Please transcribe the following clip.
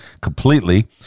completely